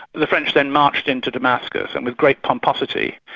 the french then marched into damascus and with great pomposity,